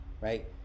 right